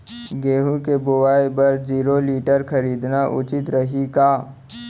गेहूँ के बुवाई बर जीरो टिलर खरीदना उचित रही का?